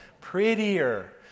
prettier